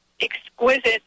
exquisite